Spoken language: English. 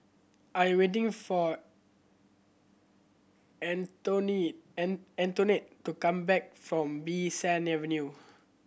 I am waiting for Antonette to come back from Bee San Avenue